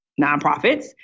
nonprofits